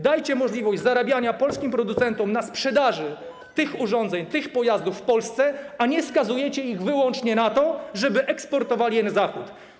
Dajcie możliwość zarabiania polskim producentom na sprzedaży tych urządzeń, tych pojazdów w Polsce, a nie skazujecie ich wyłącznie na to, żeby eksportowali je na Zachód.